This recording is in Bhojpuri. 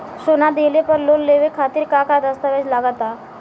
सोना दिहले पर लोन लेवे खातिर का का दस्तावेज लागा ता?